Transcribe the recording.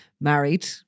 Married